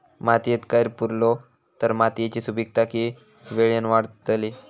मातयेत कैर पुरलो तर मातयेची सुपीकता की वेळेन वाडतली?